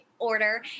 order